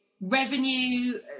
revenue